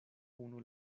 unu